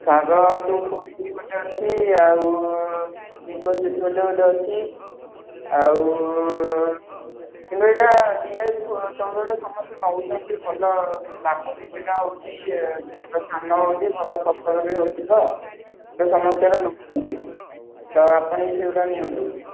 ସାର ଗୋଟେ ଅଛି ଆଉ ନିକୋସିସ୍ ବୋଲି ଗୋଟେ ଅଛି ଆଉ କିନ୍ତୁ ଏଇଟା ଡି ଆଇ କୁ ଚଉଦଟା ସମସ୍ତେ ନଉଛନ୍ତି ଭଲ ଲାଭ ବି ସେଇଟା ହେଉଛି ଇଏ ଭଲ ଧାନ ହେଉଛି ଭଲ ଫସଲ ବି ହେଉଛି ତ ସମସ୍ତେ ଏବେ ନେଉଛନ୍ତି ତ ଆପଣ ଏଇ ସାରଟା ନିଅନ୍ତୁ